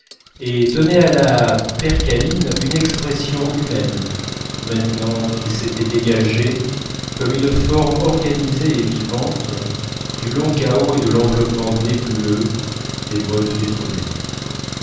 et donnait à la percaline une expression humaine maintenant qu'il s'était dégagé comme une forme organisée et vivante du long chaos et de l'enveloppement nébuleux des modes détrônées